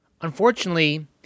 Unfortunately